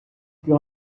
plus